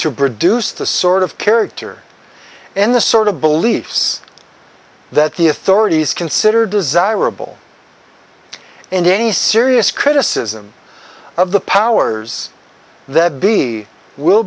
to produce the sort of character and the sort of beliefs that the authorities consider desirable and any serious criticism of the powers that be will